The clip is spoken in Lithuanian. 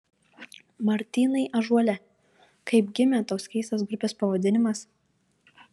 martynai ąžuole kaip gimė toks keistas grupės pavadinimas